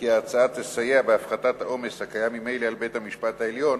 כי ההצעה תסייע בהפחתת העומס הקיים ממילא על בית-המשפט העליון,